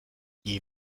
die